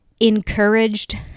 encouraged